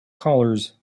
colors